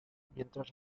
mientras